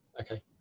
okay